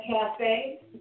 Cafe